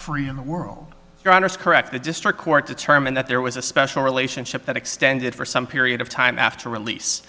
free in the world around us correct the district court determined that there was a special relationship that extended for some period of time after release